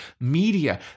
media